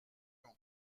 ans